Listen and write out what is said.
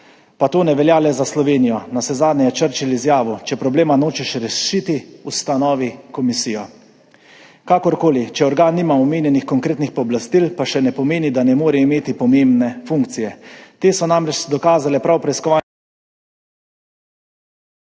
Pa to ne velja le za Slovenijo, navsezadnje je Churchill izjavil, če problema nočeš rešiti, ustanovi komisijo. Kakorkoli, če organ nima omenjenih konkretnih pooblastil, pa še ne pomeni, da ne more imeti pomembne funkcije. Te so namreč dokazale prav preiskovalne